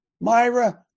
Myra